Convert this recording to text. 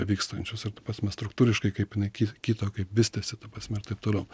vykstančius ir ta prasme struktūriškai kaip jinai ki kito kaip vystėsi ta prasme ir taip toliau